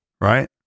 right